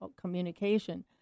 communication